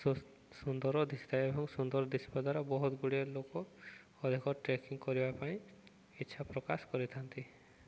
ସୁନ୍ଦର ଦିଶଥାଏ ଏବଂ ସୁନ୍ଦର ଦିଶିବା ଦ୍ୱାରା ବହୁତ ଗୁଡ଼ିଏ ଲୋକ ଅଧିକ ଟ୍ରେକିଂ କରିବା ପାଇଁ ଇଚ୍ଛା ପ୍ରକାଶ କରିଥାନ୍ତି